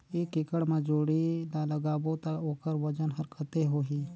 एक एकड़ मा जोणी ला लगाबो ता ओकर वजन हर कते होही?